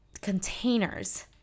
containers